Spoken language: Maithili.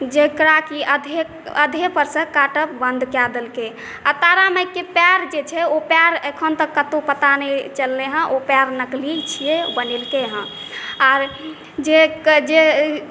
जेकराकी आधे अधे परसँ काटब बन्द कऽ देलकै आ तारा मायके पएर जे छै ओ पएर अखन तक कतौ पता नहि चललै हँ ओ पएर नकली छियै बनेलकै हँ आर जे जे